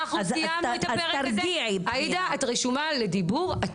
עאידה את רשומה לדיבור.